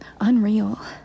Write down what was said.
unreal